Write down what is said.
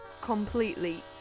completely